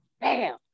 bam